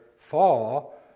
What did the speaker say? fall